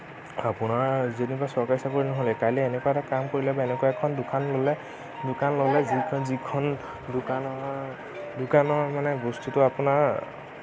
আপোনাৰ যেনিবা চৰকাৰী চাকৰি নহ'লেই কাইলে এনেকুৱা এটা কাম কৰিলে বা এনেকুৱা এখন দোকান দিলে যিখন দোকানৰ দোকানৰ মানে বস্তুটো আপোনাৰ